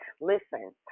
Listen